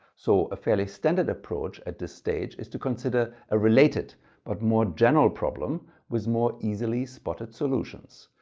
so a fairly standard approach at this stage is to consider a related but more general problem with more easily spotted solutions.